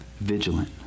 vigilant